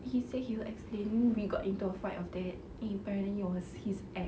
he say he will explain we got into a fight of that and apparently it was his ex